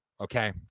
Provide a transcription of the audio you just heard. okay